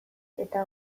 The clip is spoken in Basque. eta